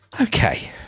Okay